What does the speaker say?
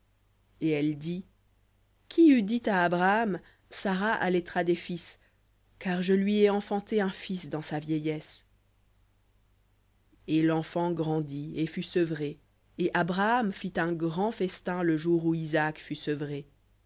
et elle dit qui eût dit à abraham sara allaitera des fils car je lui ai enfanté un fils dans sa vieillesse v ou et l'enfant grandit et fut sevré et abraham fit un grand festin le jour où isaac fut sevré